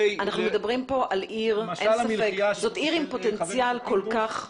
מדברים כאן על עיר עם פוטנציאל כל כך גדול,